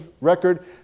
record